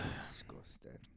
Disgusting